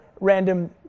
random